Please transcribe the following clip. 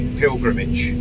pilgrimage